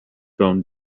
bone